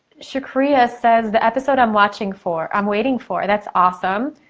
shu-cria says the episode i'm watching for, i'm waiting for. that's awesome!